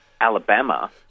Alabama